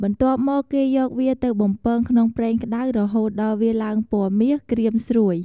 បន្ទាប់មក គេយកវាទៅ បំពង ក្នុងប្រេងក្ដៅរហូតដល់វាឡើងពណ៌មាស ក្រៀមស្រួយ។